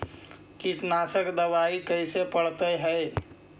कीटनाशक दबाइ कैसे पड़तै है?